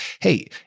Hey